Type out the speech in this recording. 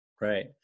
Right